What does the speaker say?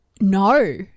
No